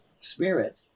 spirit